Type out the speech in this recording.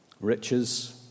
Riches